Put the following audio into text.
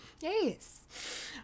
Yes